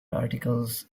articles